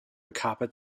carpet